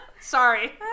Sorry